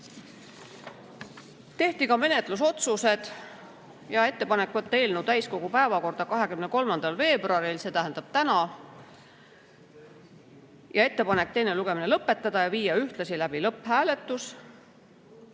ka menetlusotsused: ettepanek võtta eelnõu täiskogu päevakorda 23. veebruariks, see tähendab tänaseks, teine lugemine lõpetada ja viia ühtlasi läbi lõpphääletus.